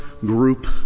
group